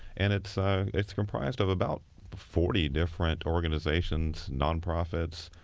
and it's ah it's comprised of about forty different organizations, nonprofits,